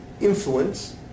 influence